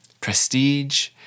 prestige